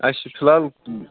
اَسہِ چھِ فِلحال